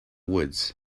woods